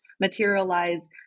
materialize